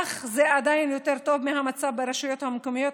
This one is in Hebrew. אך זה עדיין יותר טוב מהמצב ברשויות המקומיות,